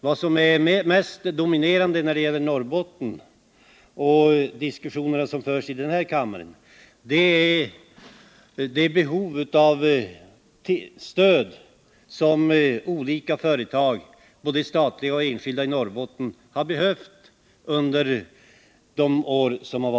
Det som mest dominerar diskussionerna om Norrbotten i den här kammaren är det behov av stöd som olika företag i Norrbotten — både statliga och enskilda — har haft under de år som gått.